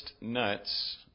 nuts